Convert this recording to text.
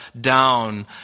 down